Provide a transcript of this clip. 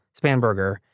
Spanberger